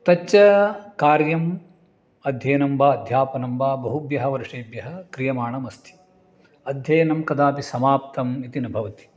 तच्च कार्यम् अध्ययनं वा अध्यापनं वा बहुभ्यः वर्षेभ्यः क्रियमाणमस्ति अध्ययनं कदापि समाप्तम् इति न भवति